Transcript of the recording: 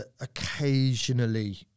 Occasionally